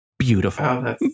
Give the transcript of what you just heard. beautiful